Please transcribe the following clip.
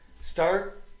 start